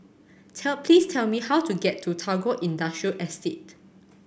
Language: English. tell please tell me how to get to Tagore Industrial Estate